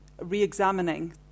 re-examining